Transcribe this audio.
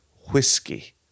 whiskey